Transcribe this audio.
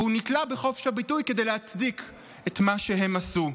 והוא נתלה בחופש הביטוי כדי להצדיק את מה שהם עשו.